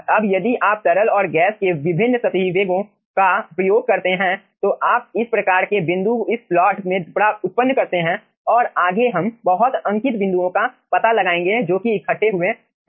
अब यदि आप तरल और गैस के विभिन्न सतही वेगों का प्रयोग करते हैं तो आप इस प्रकार के बिंदु इस प्लाट में उत्पन्न करते हैं और आगे हम बहुत अंकित बिंदुओं का पता लगाएंगे जो कि इकट्ठे हुए हैं